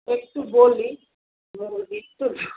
একটু বলি